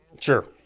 Sure